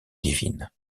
divine